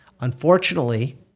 Unfortunately